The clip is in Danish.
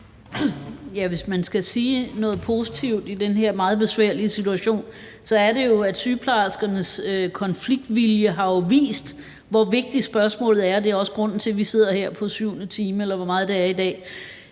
Hvis man skal sige noget positivt i den her meget besværlige situation, er det jo, at sygeplejerskernes konfliktvilje har vist, hvor vigtigt spørgsmålet er, og det er også grunden til, at vi sidder her på syvende time, eller hvor meget det er, i dag.